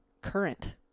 current